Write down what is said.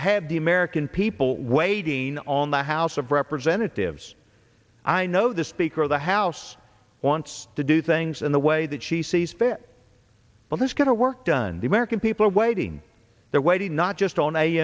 have the american people waiting on the house of representatives i know the speaker of the house wants to do things in the way that she sees fit let us get our work done the american people are waiting they're waiting not just on a